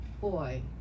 boy